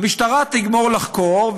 המשטרה תגמור לחקור,